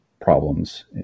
problems